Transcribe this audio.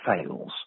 fails